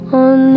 on